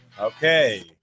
Okay